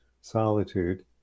solitude